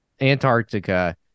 Antarctica